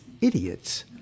idiots